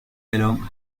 along